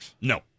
No